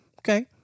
Okay